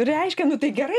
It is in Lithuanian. reiškia nu tai gerai